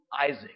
Isaac